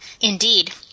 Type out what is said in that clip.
Indeed